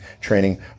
training